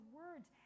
words